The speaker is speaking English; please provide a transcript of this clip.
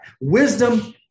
Wisdom